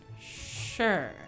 Sure